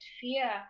fear